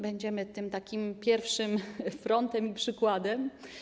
Będziemy takim pierwszym frontem i przykładem.